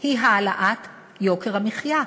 היא העלאת יוקר המחיה.